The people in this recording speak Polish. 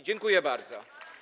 Dziękuję bardzo.